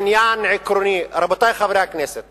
חבר הכנסת